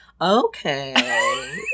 Okay